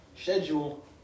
Schedule